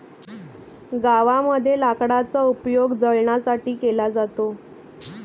गावामध्ये लाकडाचा उपयोग जळणासाठी केला जातो